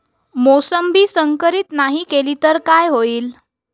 मोसंबी संकरित नाही केली तर काय होईल?